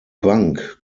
bank